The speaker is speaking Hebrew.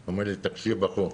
הוא אמר לי: תקשיב, בחור,